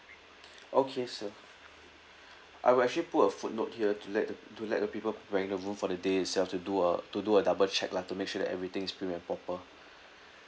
okay sir I will actually put a footnote here to let the to let the people preparing the room for the day itself to do a to do a double check lah to make sure that everything is prim and proper